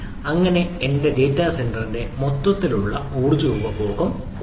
അങ്ങനെ എന്റെ ഡാറ്റാ സെന്ററിന്റെ മൊത്തത്തിലുള്ള ഊർജ്ജ ഉപഭോഗം കുറയുന്നു